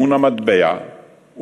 מאוד בהישג המדעי הרפואי של ישראל,